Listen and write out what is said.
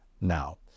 now